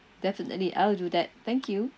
definitely I'll do that thank you